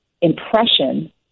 impression